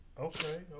Okay